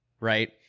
right